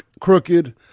crooked